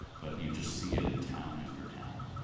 but you just see it in town after town.